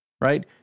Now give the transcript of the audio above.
Right